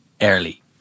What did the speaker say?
Early